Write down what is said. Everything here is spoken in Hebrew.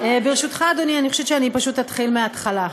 ברשותך, אדוני, אני חושבת שאני פשוט אתחיל מהתחלה.